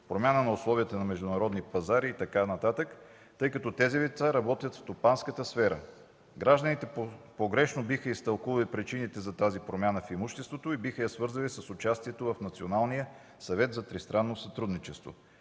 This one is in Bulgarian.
промяна на условията на международните пазари, тъй като тези лица работят в стопанската сфера. Гражданите погрешно биха изтълкували причините за тази промяна в имуществото и биха я свързали с участието в Националния съвет за тристранно сътрудничество,